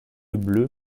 bleu